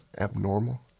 abnormal